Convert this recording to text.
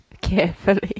carefully